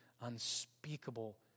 unspeakable